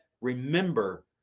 Remember